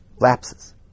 lapses